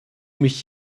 mich